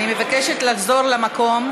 אני מבקשת לחזור למקום.